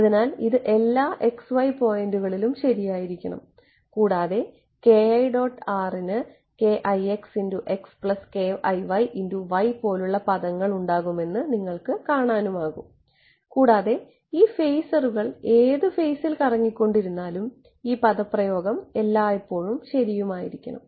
അതിനാൽ ഇത് എല്ലാ x y പോയിൻറ്കളിലും ശരിയായിരിക്കണം കൂടാതെ ന് പോലുള്ള പദങ്ങൾ ഉണ്ടാകുമെന്ന് നിങ്ങൾക്ക് കാണാനാകും കൂടാതെ ഈ ഫേസറുകൾ ഏത് ഫേസിൽ കറങ്ങിക്കൊണ്ടിരുന്നാലും ഈ പദപ്രയോഗം എല്ലായ്പ്പോഴും ശരിയായിരിക്കണം